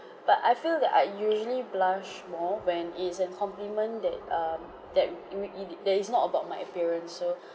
but I feel that I usually blush more when it is a compliment that um that that it's not about my appearance so